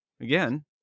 again